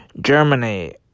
Germany